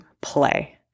play